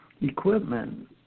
equipment